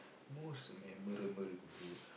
most memorable me lah